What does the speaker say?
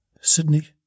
Sydney